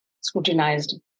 scrutinized